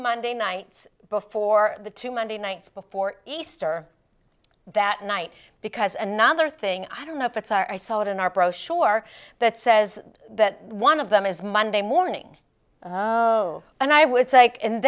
monday nights before the two monday nights before easter that night because another thing i don't know if it's our i saw it in our brochure that says that one of them is monday morning and i w